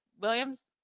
Williams